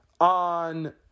on